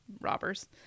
robbers